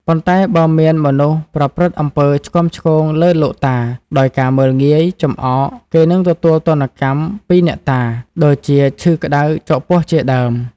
ប៉ុន្តែបើមានមនុស្សប្រព្រឹត្តអំពើឆ្គាំឆ្គងលើលោកតា ដោយការមើលងាយ ចំអក គេនឹងទទួលទណ្ឌកម្មពីអ្នកតា ដូចជាឈឺក្តៅចុកពោះជាដើម។